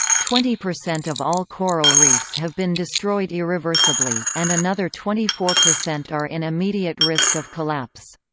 twenty percent of all coral reefs have been destroyed irreversibly, and another twenty four percent are in immediate risk of collapse.